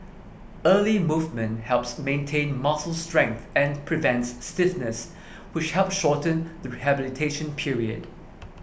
early movement helps maintain muscle strength and prevents stiffness which help shorten the rehabilitation period